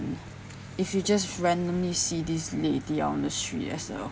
if you just randomly see this lady on street as a